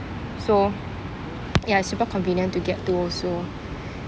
so ya it's super convenient to get to also